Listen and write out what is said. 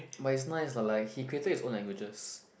but it's nice lah like he created his own languages